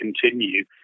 continue